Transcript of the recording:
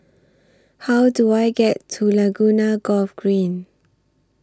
How Do I get to Laguna Golf Green